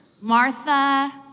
Martha